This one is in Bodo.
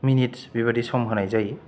मिनिटस बेबादि सम होनाय जायो